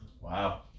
Wow